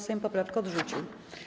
Sejm poprawkę odrzucił.